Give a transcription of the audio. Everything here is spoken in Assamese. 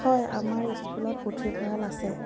হয় আমাৰ স্কুলত পুথিভঁৰাল আছে